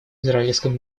израильском